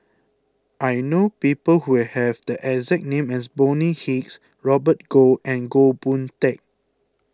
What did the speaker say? I know people who have the exact name as Bonny Hicks Robert Goh and Goh Boon Teck